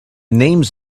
names